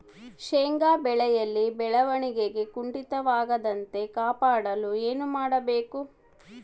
ಶೇಂಗಾ ಬೆಳೆಯಲ್ಲಿ ಬೆಳವಣಿಗೆ ಕುಂಠಿತವಾಗದಂತೆ ಕಾಪಾಡಲು ಏನು ಮಾಡಬೇಕು?